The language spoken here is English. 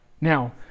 Now